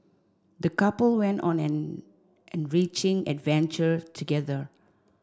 the couple went on an enriching adventure together